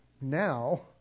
Now